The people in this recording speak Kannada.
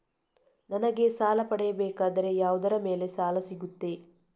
ನನಗೆ ಸಾಲ ಪಡೆಯಬೇಕಾದರೆ ಯಾವುದರ ಮೇಲೆ ಸಾಲ ಸಿಗುತ್ತೆ?